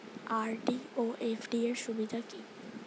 RD ও FD র সুবিধা কি?